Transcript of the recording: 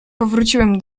powróciłem